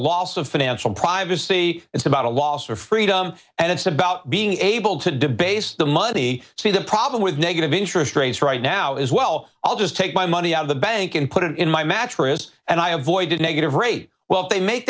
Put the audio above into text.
loss of financial privacy it's about a loss for freedom and it's about being able to debase the money see the problem with negative interest rates right now is well i'll just take my money out of the bank and put it in my mattress and i avoided a negative rate well if they make